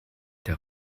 der